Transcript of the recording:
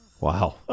Wow